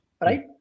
right